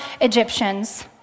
Egyptians